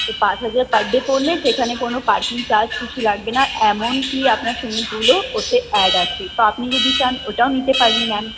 তো পাঁচ হাজার পার ডে পড়লে সেখানে কোনো পার্কিং চার্জ কিছু লাগবে না এমনকী আপনার সুইমিং পুলও ওতে অ্যাড আছে তো আপনি যদি চান ওটাও নিতে পারেন ম্যাম